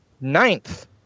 ninth